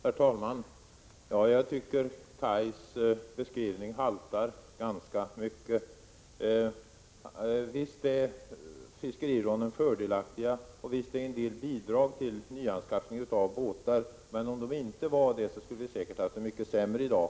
Herr talman! Jag tycker Kaj Larssons beskrivning haltar ganska mycket. Visst är fiskerilånen fördelaktiga, och visst utgör en del bidrag till nyanskaffning av båtar, men om det inte var så skulle vi säkert ha haft det mycket sämre i dag.